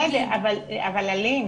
בסדר, אבל, אלין,